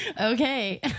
Okay